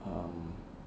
um